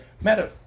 Matter